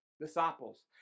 Disciples